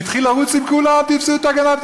והתחיל לרוץ עם כולם: תִפסו את הגנב,